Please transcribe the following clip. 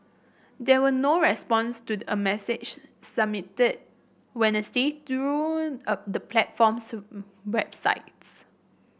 there were no response to a message submitted Wednesday through a the platform's websites